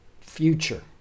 future